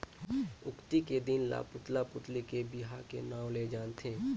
अक्ती के दिन ल पुतला पुतली के बिहा के नांव ले जानथें